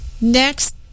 next